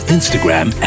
Instagram